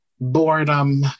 boredom